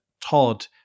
Todd